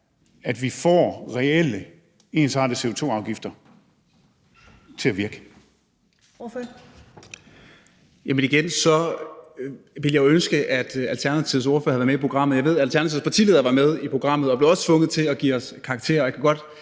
at vi får reelle ensartede CO2-afgifter til at virke?